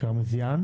קרמיזיאן